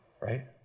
Right